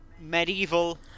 Medieval